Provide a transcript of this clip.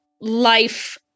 life